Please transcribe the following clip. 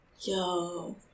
Yo